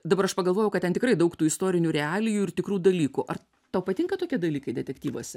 dabar aš pagalvojau kad ten tikrai daug tų istorinių realijų ir tikrų dalykų ar tau patinka tokie dalykai detektyvuose